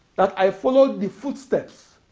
that i followed the footsteps